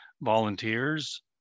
volunteers